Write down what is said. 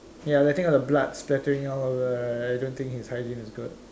ya letting all the blood splattering all over right I don't think his hygiene is good